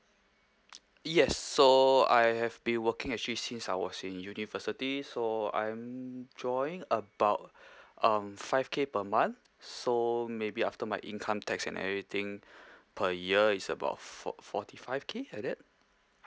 yes so I have been working actually since I was in university so I'm drawing about um five K per month so maybe after my income tax and everything per year is about four forty five K like that